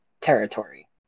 territory